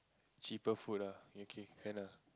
cheaper food lah okay fair lah